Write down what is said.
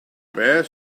beth